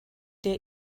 der